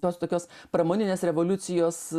tos tokios pramoninės revoliucijos